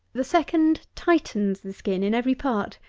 the second tightens the skin in every part,